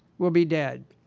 will be dead.